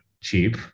cheap